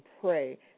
pray